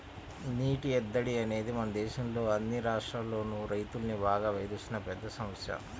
నీటి ఎద్దడి అనేది మన దేశంలో అన్ని రాష్ట్రాల్లోనూ రైతుల్ని బాగా వేధిస్తున్న పెద్ద సమస్య